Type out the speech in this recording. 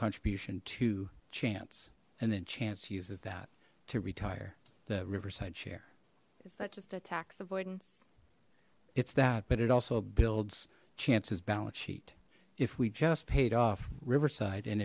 contribution to chance and then chance uses that to retire the riverside share is that just a tax avoidance it's that but it also builds chances balance sheet if we just paid off riverside and